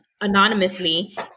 anonymously